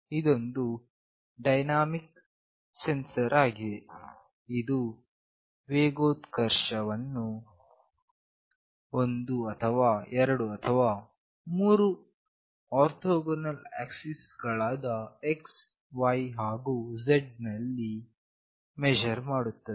ಇದೊಂದು dynamic sensor ಆಗಿದೆ ಇದು ವೇಗೋತ್ಕರ್ಷ ಅನ್ನು ಒಂದು ಎರಡು ಅಥವಾ ಮೂರು ಆರ್ಥೋಗೋನಲ್ ಆಕ್ಸಿಸ್ ಗಳಾದ XY ಹಾಗು Z ನಲ್ಲಿ ಮೆಝರ್ ಮಾಡುತ್ತದೆ